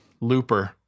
Looper